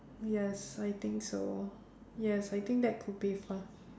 yes I think so yes I think that could be fun